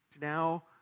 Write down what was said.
now